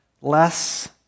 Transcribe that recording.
less